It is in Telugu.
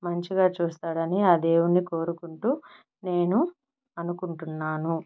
మంచిగా చూస్తాడని ఆ దేవుడిని కోరుకుంటూ నేను అనుకుంటున్నాను